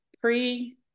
pre